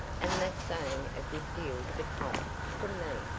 and that's saying a good deal for tom from me,